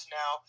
now